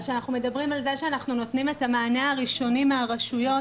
אז כשאנחנו מדברים על זה שאנחנו נותנים את המענה הראשוני מהרשויות